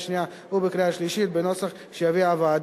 שנייה ובקריאה שלישית בנוסח שהביאה הוועדה.